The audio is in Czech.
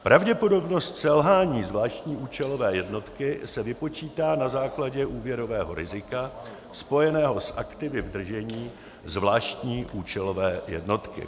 Pravděpodobnost selhání zvláštní účelové jednotky se vypočítá na základě úvěrového rizika spojeného s aktivy v držení zvláštní účelové jednotky.